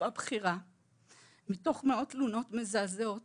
רופאה בכירה מתוך מאות תלונות מזעזעות